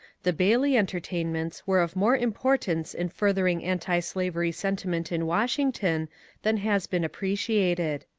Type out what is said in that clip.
the bailey entertainments were of more importance in furthering antislavery sentiment in washington than has been appreciated.